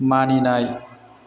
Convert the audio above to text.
मानिनाय